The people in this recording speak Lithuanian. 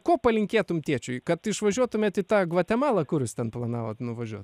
ko palinkėtum tėčiui kad išvažiuotumėt į tą gvatemalą kur jūs ten planavot nuvažiuot